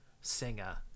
singer